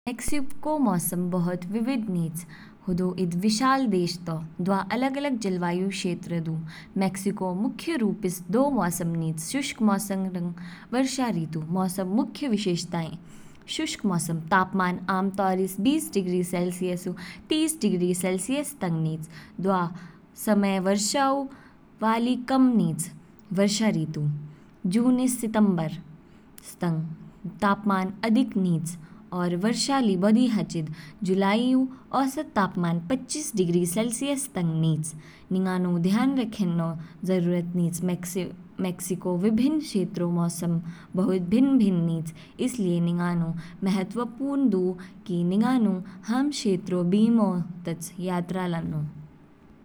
मेक्सिको मौसम बहुत विविध निच, हदौ ईद विशाल देश तौ। दवा अलग-अलग जलवायु क्षेत्र दु, मेक्सिको मुख्य रूपस दो मौसम निच शुष्क मौसम रंग वर्षा ऋतु। मौसम ऊ मुख्य विशेषताएं, शुष्क मौसम, तापमान आमतौरिस बीस डिग्री सेलसियस तीस डिग्री सेलसियस तंग निच, दवा समय वर्षा ऊ वाली कमनिच। वर्षा ऋतु जून ईस सितंबर सतंग, तापमान अधिक निच और वर्षा ली बौधि हाचिद, जुलाई ऊ औसत तापमान पच्चीस डिग्री सेल्सियस तंग निच। निंगानु ध्यान रखेन्नौ जरुरत निच, मेक्सिको विभिन्न क्षेत्रों मौसम बहुत भिन्न भिन्न निच, इसलिए निंगानु महत्वपूर्ण दु कि निंगानु हाम क्षेत्रों बीमौ तच यात्रा लान्नौ।